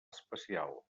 especial